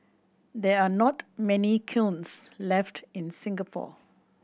there are not many kilns left in Singapore